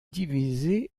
divisée